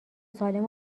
سالم